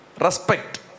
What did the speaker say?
Respect